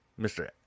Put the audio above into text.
Mr